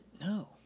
No